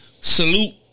salute